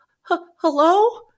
Hello